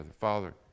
Father